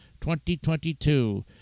2022